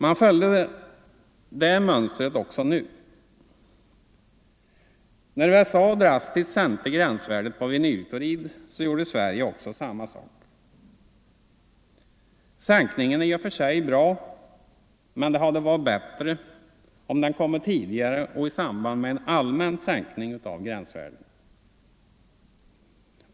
Man följde detta mönster också nu. När USA drastiskt sänkte gränsvärdet för vinylklorid, gjorde Sverige också samma sak. Sänkningen är i och för sig bra, men det hade varit bättre om den kommit tidigare och i samband med en allmän sänkning av gränsvärdena.